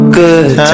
good